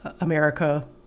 America